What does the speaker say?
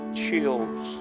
chills